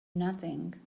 nothing